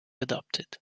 adopted